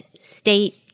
state